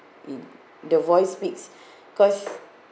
mm the voice speaks because